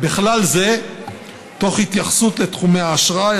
ובכלל זה תוך התייחסות לתחומי האשראי,